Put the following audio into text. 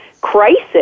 crisis